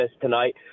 tonight